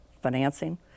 financing